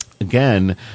Again